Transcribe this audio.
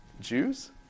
Jews